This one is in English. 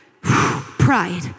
Pride